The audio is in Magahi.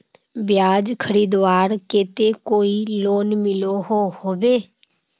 बीज खरीदवार केते कोई लोन मिलोहो होबे?